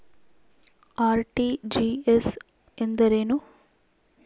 RTGS ಎಂದರೇನು?